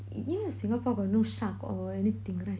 you know in singapore got no shark or anything right